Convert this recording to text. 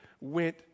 went